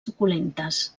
suculentes